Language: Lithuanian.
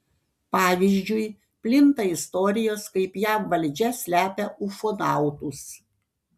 pavyzdžiui plinta istorijos kaip jav valdžia slepia ufonautus